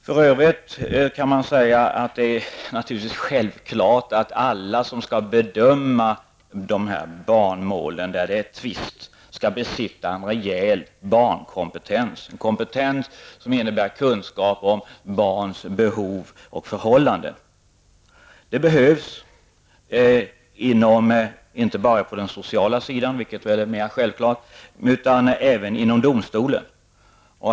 För övrigt kan sägas att det naturligtvis är självklart att alla som vid en tvist skall bedöma s.k. barnmål skall besitta en rejäl barnkompetens som innebär kunskap om barns behov och förhållanden. Den behövs inte bara på den sociala sidan, vilket är mer uppenbart, utan även inom domstolen.